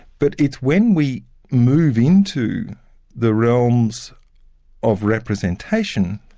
but it's when we move into the realms of representation,